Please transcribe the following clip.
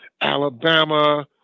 Alabama